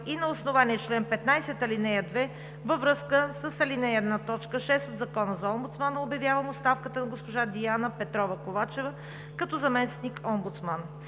и на основание чл. 15, ал. 2 във връзка с ал. 1, т. 6 от Закона за омбудсмана обявявам оставката на госпожа Диана Петрова Ковачева като заместник-омбудсман.